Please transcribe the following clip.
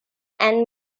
and